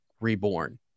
reborn